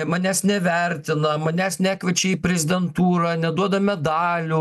manęs nevertina manęs nekviečia į prezidentūrą neduoda medalių